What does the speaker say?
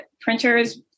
printers